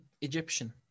Egyptian